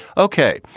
ok,